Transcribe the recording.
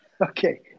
Okay